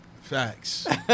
Facts